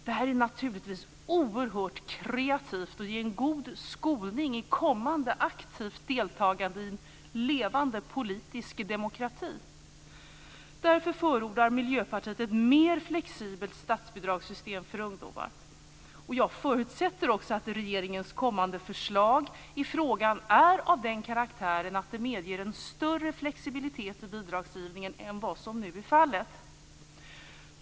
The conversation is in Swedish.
Det här är naturligtvis oerhört kreativt och ger en god skolning i kommande aktivt deltagande i levande politisk demokrati. Därför förordar Miljöpartiet ett mer flexibelt statsbidragssystem för ungdomar. Jag förutsätter också att regeringens kommande förslag i frågan är av den karaktären att det medger en större flexibilitet i bidragsgivningen än vad som nu är fallet.